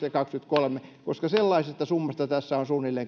ja kaksikymmentäkolme koska sellaisesta summasta tässä on suunnilleen